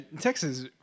Texas